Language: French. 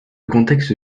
contexte